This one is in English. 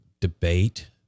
Debate